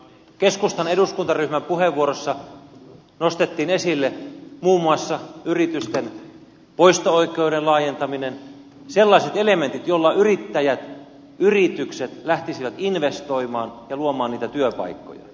keskustan eduskuntaryhmän puheenvuorossa nostettiin esille muun muassa yritysten poisto oikeuden laajentaminen sellaiset elementit joilla yrittäjät yritykset lähtisivät investoimaan ja luomaan niitä työpaikkoja